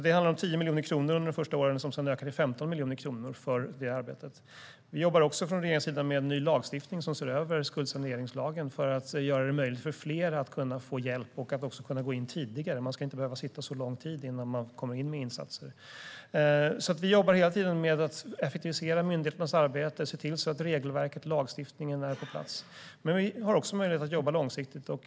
Det handlar om 10 miljoner kronor till detta arbete under de första åren, och sedan ökar det till 15 miljoner kronor. Regeringen jobbar också med ny lagstiftning som ser över skuldsaneringslagen för att göra det möjligt för fler att få hjälp och så att man kan gå in tidigare. Det ska inte behöva ta så lång tid att gå in med insatser. Vi jobbar hela tiden med att effektivisera myndigheternas arbete och se till att regelverk och lagstiftning är på plats, men vi har också möjlighet att jobba långsiktigt.